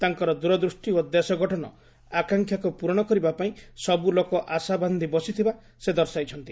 ତାଙ୍କର ଦୂର୍ଧ୍ୟି ଓ ଦେଶଗଠନ ଆକାଂକ୍ଷାକୁ ପୂରଣ କରିବା ପାଇଁ ସବୁ ଲୋକ ଆଶାବାନ୍ଧି ବସିଥିବା ସେ ଦର୍ଶାଇଛନ୍ତି